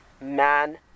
man